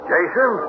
Jason